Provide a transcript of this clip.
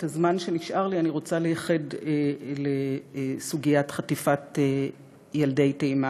את הזמן שנשאר לי אני רוצה לייחד לסוגיית חטיפת ילדי תימן,